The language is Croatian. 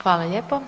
Hvala lijepo.